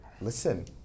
Listen